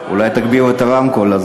אולי תגבירו את הרמקול.